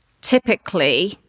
typically